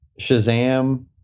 Shazam